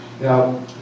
Now